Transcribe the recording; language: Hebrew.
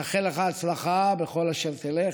אני מאחל לך הצלחה בכל אשר תלך.